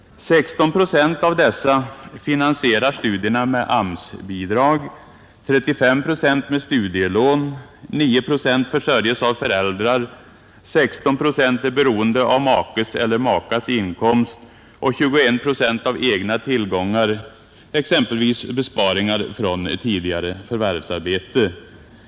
16 procent av de tillfrågade finansierar studierna med AMS-bidrag, 35 procent med studielån, 9 procent försörjes av föräldrar, 16 procent är beroende av makes eller makas inkomst och 21 procent av egna tillgångar, såsom besparingar från tidigare förvärvsarbete.